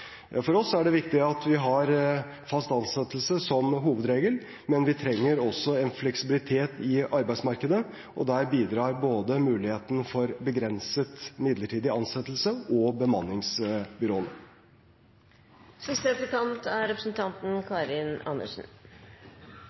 For oss er det viktig at vi har fast ansettelse som hovedregel, men vi trenger også en fleksibilitet i arbeidsmarkedet, og der bidrar både muligheten for begrenset midlertidig ansettelse og bemanningsbyråene. Hvordan arbeidslivet er